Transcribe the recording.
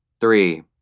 Three